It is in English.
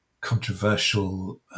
controversial